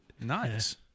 Nice